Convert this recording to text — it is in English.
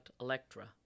Electra